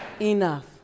Enough